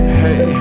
hey